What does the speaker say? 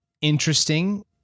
interesting